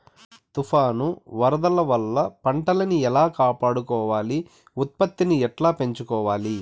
తుఫాను, వరదల వల్ల పంటలని ఎలా కాపాడుకోవాలి, ఉత్పత్తిని ఎట్లా పెంచుకోవాల?